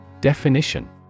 Definition